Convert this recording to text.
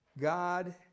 God